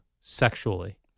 sexually